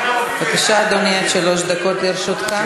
בבקשה, אדוני, עד שלוש דקות לרשותך.